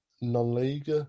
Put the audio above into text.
non-league